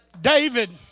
David